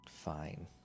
fine